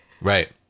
Right